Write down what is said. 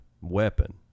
weapon